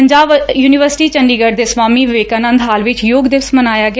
Punjab university Chandigarh ਦੇ Swami Vivekananda hall ਵਿੱਚ ਯੋਗ ਦਿਵਸ ਮਨਾਇਆ ਗਿਆ